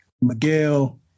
Miguel